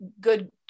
good